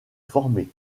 former